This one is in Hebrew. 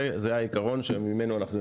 זה העקרון ממנו אנחנו יוצאים.